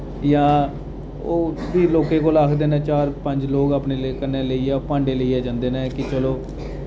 जां ओ फ्ही लोकें कोला आखदे न चार पंज लोक अपने कन्नै लेइयै भांडे लेइयै जंदे न कि चलो